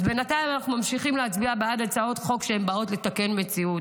אז בינתיים אנחנו ממשיכים להצביע בעד הצעות חוק שבאות לתקן מציאות,